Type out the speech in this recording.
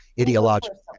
ideological